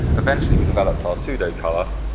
eventually we developed our pseudo color.